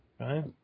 right